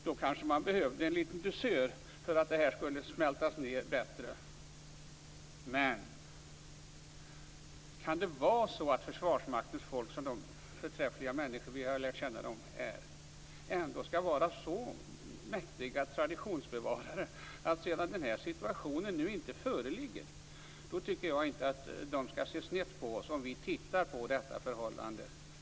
Då kanske man behövde en liten dusör för att kunna smälta det här bättre. Men kan det vara så att Försvarsmaktens folk, dessa förträffliga människor som vi har lärt dem som, skall vara så mäktiga traditionsbevarare sedan den här situationen inte längre föreligger? Jag tycker inte att de skall se snett på oss om vi då tittar på detta förhållande.